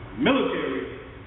Military